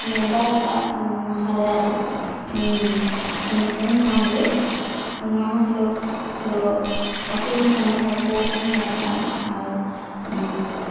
ᱱᱮᱱᱰᱟ ᱟᱠᱟᱫ ᱢᱟᱦᱟ ᱨᱮ ᱟᱫᱚ ᱩᱢ ᱢᱟᱦᱟ ᱦᱤᱞᱚᱜ ᱫᱚ ᱟᱛᱳ ᱨᱮᱱ ᱥᱟᱱᱟᱢ ᱦᱚᱲ ᱠᱚ ᱩᱢ ᱱᱟᱲᱠᱟᱜᱼᱟ ᱟᱨ